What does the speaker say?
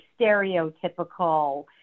stereotypical